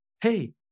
Hey